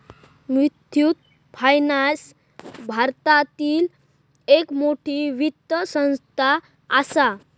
Muthoot Finance भारतातली एक मोठी वित्त संस्था आसा